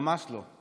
ממש לא.